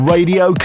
Radio